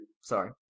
Sorry